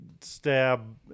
stab